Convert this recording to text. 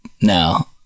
No